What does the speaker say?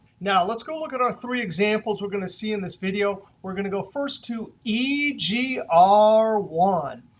now, let's go look at the three examples. we're going to see in this video. we're going to go first to e g r one.